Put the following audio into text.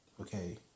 okay